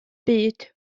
byd